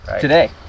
Today